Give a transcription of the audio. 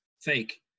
fake